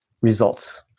results